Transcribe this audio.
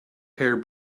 hair